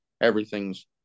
everything's